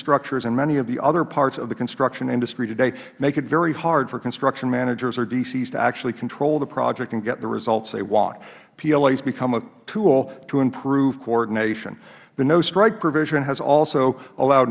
structures in many of the other pats of the construction industry today make it very hard for construction managers or dcs to actually control the project and get the results they want plas become a tool to improve coordination the no strike provision has also allow